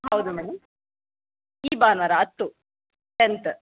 ಹೌದು ಮೇಡಮ್ ಈ ಭಾನುವಾರ ಹತ್ತು ಟೆನ್ತ್